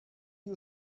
you